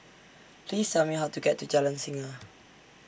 Please Tell Me How to get to Jalan Singa